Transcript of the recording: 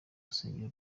urusengero